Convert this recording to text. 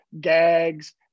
gags